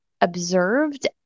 observed